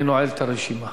אני נועל את הרשימה.